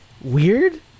weird